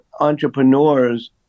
entrepreneurs